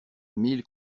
mille